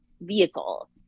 vehicle